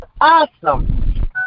awesome